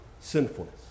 sinfulness